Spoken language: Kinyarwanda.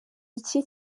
iki